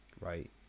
right